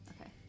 Okay